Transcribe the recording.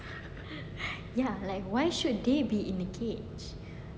ya like why should they be in the cage